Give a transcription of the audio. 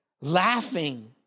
laughing